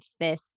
fifth